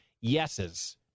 yeses